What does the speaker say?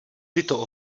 tyto